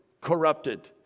corrupted